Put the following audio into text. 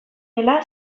dela